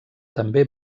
també